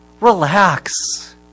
Relax